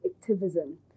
activism